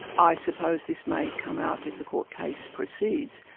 i suppose this may come out if the court case proceeds,